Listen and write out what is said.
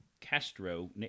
Castro